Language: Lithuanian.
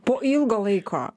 po ilgo laiko